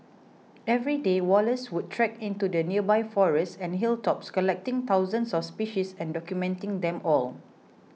every day Wallace would trek into the nearby forests and hilltops collecting thousands of species and documenting them all